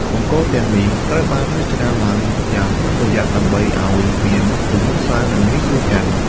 បង្គោលទាំងនេះត្រូវបានរចនាឡើងយ៉ាងប្រុងប្រយ័ត្នដើម្បីឱ្យមានទម្ងន់ស្រាលនិងងាយស្រួលកាន់។